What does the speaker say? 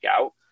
out